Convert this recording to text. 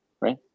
right